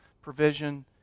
provision